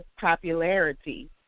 popularity